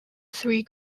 three